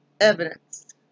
Evidence